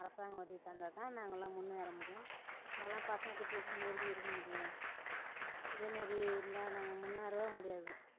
அரசாங்கம் உதவி தந்தால் தான் நாங்களெல்லாம் முன்னேற முடியும் நாங்களெல்லாம் பசங்க குட்டி வெச்சுக்கின்னு எப்படி இருக்க முடியும் இதே மாதிரி இருந்தால் நாங்கள் முன்னேறவே முடியாது